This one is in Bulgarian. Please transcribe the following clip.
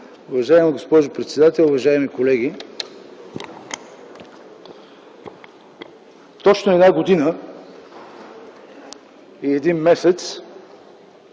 Уважаема госпожо председател, уважаеми колеги! Точно една година и един месец